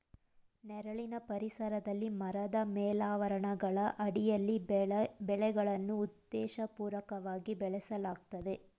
ನೆರಳಿನ ಪರಿಸರದಲ್ಲಿ ಮರದ ಮೇಲಾವರಣಗಳ ಅಡಿಯಲ್ಲಿ ಬೆಳೆಗಳನ್ನು ಉದ್ದೇಶಪೂರ್ವಕವಾಗಿ ಬೆಳೆಸಲಾಗ್ತದೆ